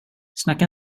snacka